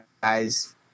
guys